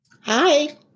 Hi